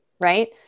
Right